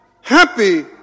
Happy